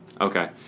Okay